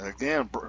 Again